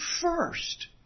first